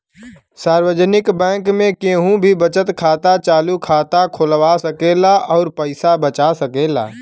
सार्वजनिक बैंक में केहू भी बचत खाता, चालु खाता खोलवा सकेला अउर पैसा बचा सकेला